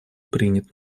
принят